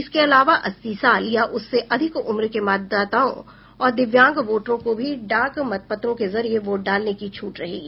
इसके अलावा अस्सी साल या उससे अधिक उम्र के मतदाताओं और दिव्यांग वोटरों को भी डाक मतपत्रों के जरिये वोट डालने की छुट रहेगी